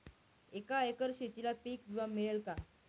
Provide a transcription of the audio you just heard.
एका एकर शेतीला पीक विमा मिळेल का?